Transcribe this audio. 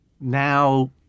now